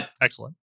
excellent